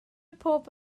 pob